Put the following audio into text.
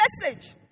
message